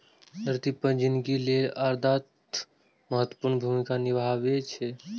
धरती पर जिनगी लेल आर्द्रता महत्वपूर्ण भूमिका निभाबै छै